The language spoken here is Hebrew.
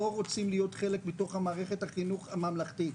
רוצים להיות חלק ממערכת החינוך הממלכתית,